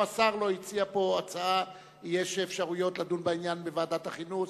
יש אפשרויות לדון בעניין בוועדת החינוך,